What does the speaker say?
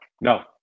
no